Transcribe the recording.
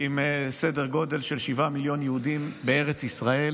בסדר גודל של שבעה מיליון יהודים בארץ ישראל.